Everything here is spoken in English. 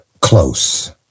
close